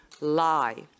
lie